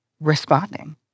responding